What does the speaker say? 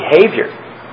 behavior